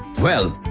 well,